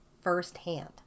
firsthand